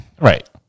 Right